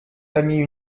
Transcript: famille